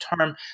term